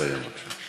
נא לסיים, בבקשה.